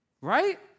right